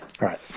Right